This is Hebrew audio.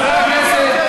שמאל בלי אג'נדה.